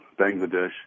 Bangladesh